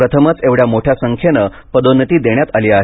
प्रथमच एवढ्या मोठ्या संख्येने पदोन्नती देण्यात आली आहे